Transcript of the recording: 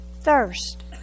thirst